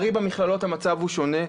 לצערי, במכללות המצב הוא שונה.